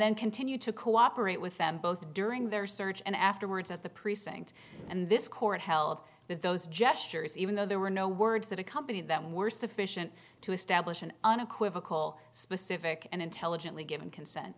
then continue to cooperate with them both during their search and afterwards at the precinct and this court held that those gestures even though there were no words that accompany them were sufficient to establish an unequivocal specific and intelligently given consent